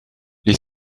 les